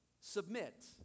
submit